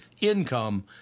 income